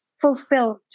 fulfilled